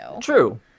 True